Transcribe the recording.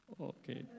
okay